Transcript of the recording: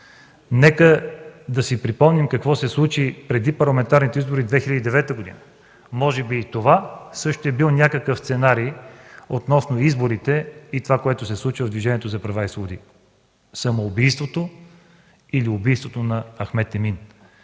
Нека да си припомним какво се случи преди парламентарните избори през 2009 г. Може би това също е било някакъв сценарий относно изборите и случилото се в Движението за права и свободи – самоубийството, или убийството на Ахмед Емин?!